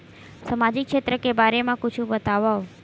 सामाजिक क्षेत्र के बारे मा कुछु बतावव?